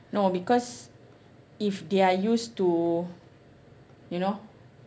no because if they are used to you know